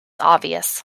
obvious